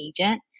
agent